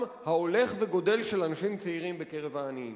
ההולך וגדל של אנשים צעירים בקרב העניים.